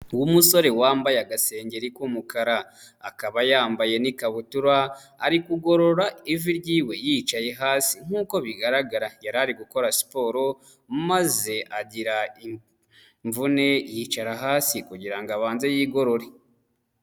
Umusore wambaye agasengengeri k'umukara, akaba yambaye n'ikabutura, ari kugorora ivi ryiwe yicaye hasi, nk'uko bigaragara yari ari gukora siporo maze agira imvune yicara hasi kugira ngo abanze yigorore.